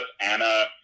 Anna